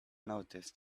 noticed